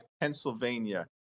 Pennsylvania